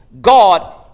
God